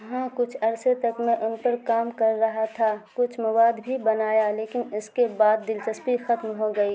ہاں کچھ عرصے تک میں ان پر کام کر رہا تھا کچھ مواد بھی بنایا لیکن اس کے بعد دلچسپی ختم ہوگئی